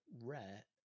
rare